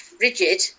rigid